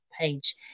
page